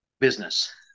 business